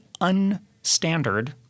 unstandard